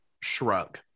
Shrug